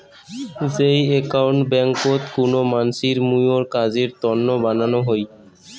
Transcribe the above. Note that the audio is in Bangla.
যেই একাউন্ট ব্যাংকোত কুনো মানসির মুইর কাজের তন্ন বানানো হই